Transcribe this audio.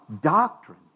doctrine